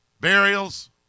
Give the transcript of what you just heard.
burials